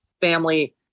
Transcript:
family